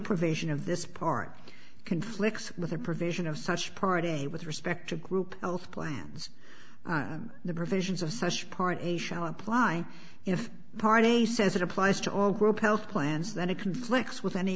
provision of this part conflicts with a provision of such party with respect to group health plans the provisions of such part a shall apply if the party says it applies to all group health plans that it conflicts with any